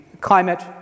climate